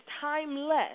timeless